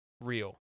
real